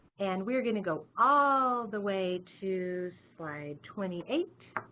and we're going to go all the way to slide twenty eight.